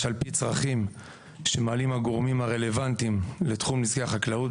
על פי צרכים שמעלים הגורמים הרלוונטיים לתחום נזקי החקלאות,